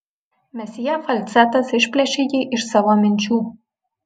mesjė falcetas išplėšė jį iš savo minčių